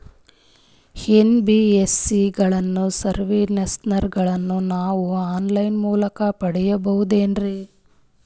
NBSC ಗಳ ಸರ್ವಿಸನ್ನ ನಾವು ಆನ್ ಲೈನ್ ಮೂಲಕ ಪಡೆಯಬಹುದೇನ್ರಿ?